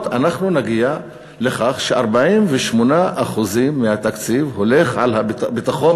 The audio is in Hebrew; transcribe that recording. אנחנו נגיע לכך ש-48% מהתקציב הולך על הביטחון,